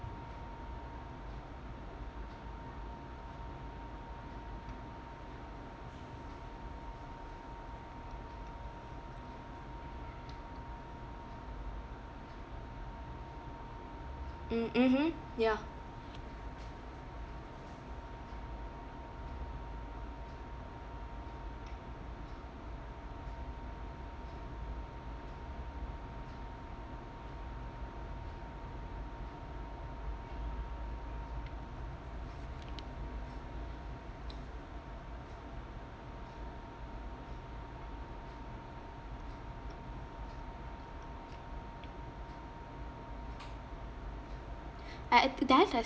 mm mmhmm ya uh uh that has